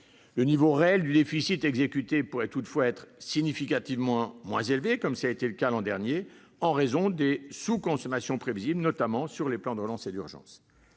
Le niveau réel du déficit exécuté pourrait toutefois être significativement moins élevé, comme cela a été le cas l'an dernier, en raison des sous-consommations prévisibles, notamment sur les plans de relance et d'urgence.